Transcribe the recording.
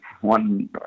one